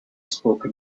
spoken